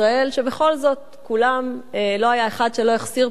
בכל זאת, לא היה אחד שלבו לא החסיר פעימה